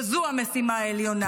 וזו המשימה העליונה.